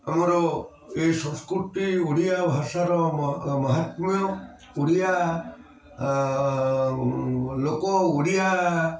ଆମର ଏ ସଂସ୍କୃତି ଓଡ଼ିଆ ଭାଷାର ମହାତ୍ମୀୟ ଓଡ଼ିଆ ଲୋକ ଓଡ଼ିଆ